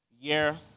Year